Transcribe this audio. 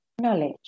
knowledge